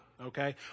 okay